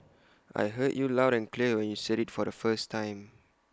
I heard you loud and clear when you said IT the first time